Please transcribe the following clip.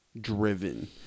driven